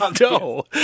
No